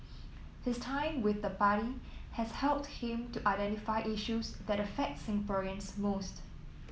his time with the party has helped him to identify issues that affect Singaporeans most